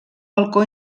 balcó